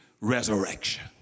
resurrection